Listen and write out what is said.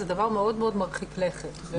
וזה דבר מאוד מרחיק לכת.